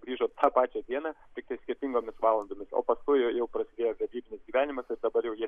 grįžo tą pačią dieną tiktai skirtingomis valandomis o paskui jau prasidėjo vedybinis gyvenimas ir dabar jau jie